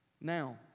Now